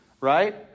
right